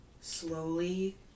slowly